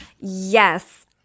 Yes